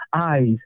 eyes